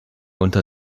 unter